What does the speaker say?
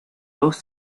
dos